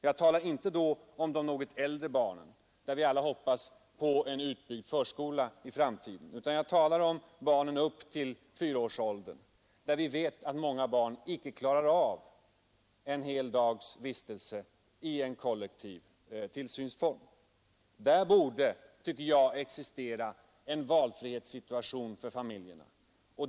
Jag talar då inte om de något äldre barnen, där vi alla hoppas på en utbyggd förskola i framtiden, utan jag talar om barnen upp till fyra års ålder, där vi vet att många barn inte klarar av en hel dags vistelse i en kollektiv tillsynsform. Där borde det existera en valfrihetssituation för familjerna.